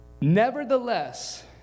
Nevertheless